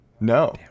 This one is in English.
No